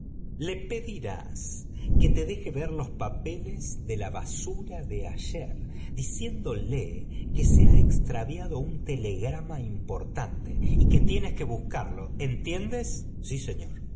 le pedirás que te deje ver los papeles de ift basura de ayer dioiéndole que se ha extraviado un telegrama importante y que tienes que buscarlo entiendes sí señor